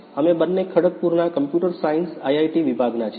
અમે બંને ખડગપુરના કમ્પ્યુટર સાયન્સ આઇઆઇટી વિભાગના છીએ